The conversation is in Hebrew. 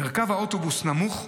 מרכב האוטובוס נמוך,